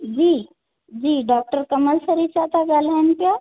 जी जी डॉक्टर कमल सरीत सां था ॻाल्हायूं पिया